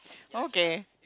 okay